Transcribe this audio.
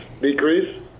decrease